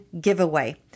giveaway